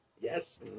Yes